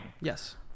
Yes